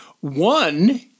One